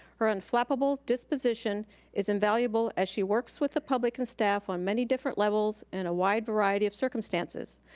her unflappable disposition is invaluable as she works with the public and staff on many different levels and a wide variety of circumstances.